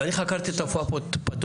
אני חקרתי את התופעה הפתולוגית.